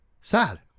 Sad